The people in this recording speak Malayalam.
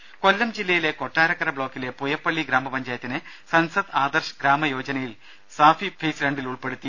രുര കൊല്ലം ജില്ലയിലെ കൊട്ടാരക്കര ബ്ലോക്കിലെ പൂയപ്പള്ളി ഗ്രാമപഞ്ചായത്തിനെ സൻസദ് ആദർശ് ഗ്രാമയോജന യിൽ സാഗി ഫേസ് രണ്ടിൽ ഉൾപ്പെടുത്തി